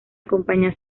acompaña